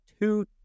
two